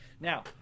Now